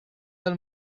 del